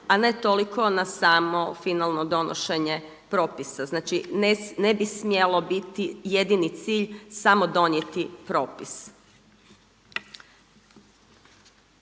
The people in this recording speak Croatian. a ne toliko na samo finalno donošenje propisa. Znači ne bi smjelo biti jedini cilj samo donijeti propis.